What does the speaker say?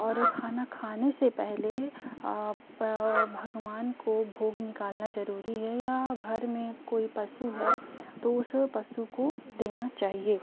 और खाना खाने से पहले आप भगवान को भोग निकालना ज़रूरी है या घर में कोई पशु है तो उस पशु को देना चाहिए